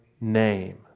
name